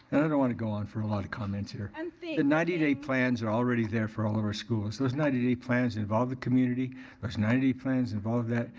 and i don't wanna go on for a lot of comments here. and the ninety day plans are already there for all of our schools. those ninety day plans involve the community. those ninety day plans involve that.